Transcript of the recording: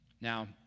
Now